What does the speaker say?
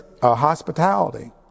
hospitality